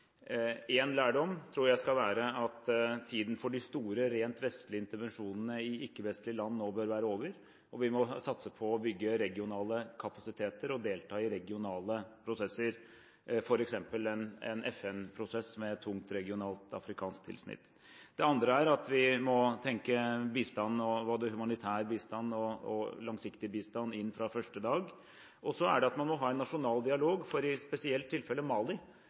lærdom tror jeg skal være at tiden for de store rent vestlige intervensjonene i ikke-vestlige land nå bør være over, og vi må satse på å bygge regionale kapasiteter og delta i regionale prosesser, f.eks. en FN-prosess med tungt regionalt afrikansk tilsnitt. Det andre er at vi må tenke at både humanitær bistand og langsiktig bistand skal inn fra første dag, og man må ha en nasjonal dialog, for spesielt i tilfellet Mali er det viktig at man nå får en bedre forsoning mellom tuaregene i